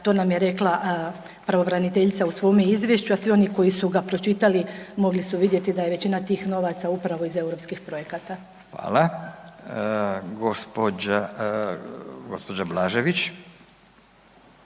to nam je rekla pravobraniteljica u svom izvješću, a svi oni koji su ga pročitali mogli su vidjeti da je većina tih novaca upravo iz europskih projekata. **Radin,